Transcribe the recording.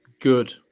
good